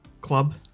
Club